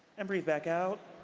and breathe back out.